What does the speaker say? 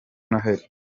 noheli